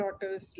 daughter's